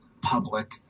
public